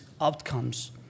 outcomes